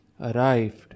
arrived